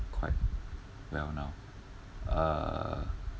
quite well now uh